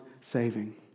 saving